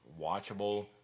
watchable